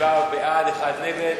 שבעה בעד, אחד נגד.